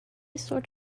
sort